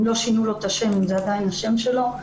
אם לא שינו לו את השם ועדיין זה השם שלו,